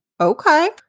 Okay